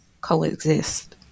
coexist